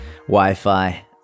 Wi-Fi